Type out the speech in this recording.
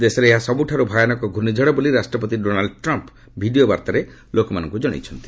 ଦେଶରେ ଏହା ସବୁଠାରୁ ଭୟାନକ ଘୂର୍ଷ୍ଣିଝଡ଼ ବୋଲି ରାଷ୍ଟ୍ରପତି ଡୋନାଲ୍ଡ ଟ୍ରମ୍ପ୍ ଭିଡ଼ିଓ ବାର୍ତ୍ତାରେ ଲୋକମାନଙ୍କୁ ଜଣାଇଛନ୍ତି